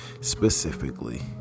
specifically